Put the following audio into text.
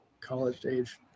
college-age